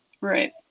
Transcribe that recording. Right